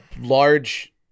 large